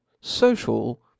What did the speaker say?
social